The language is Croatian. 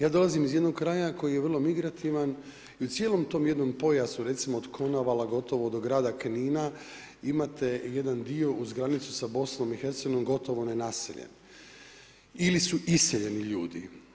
Ja dolazim iz jednog kraja koji je vrlo migrativan i u cijelom tom jednom pojasu recimo od Konavala gotovo do grada Knina imate jedan dio uz granicu sa Bosnom i Hercegovinom gotovo nenaseljen ili su iseljeni ljudi.